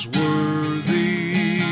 worthy